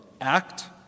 act